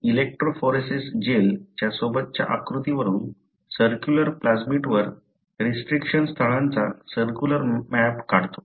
electrophoresis gel च्या सोबतच्या आकृतीवरून सर्क्युलर प्लाझमिडवर रिस्ट्रिक्शन स्थळांचा सर्क्युलर मॅप काढतो